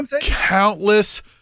countless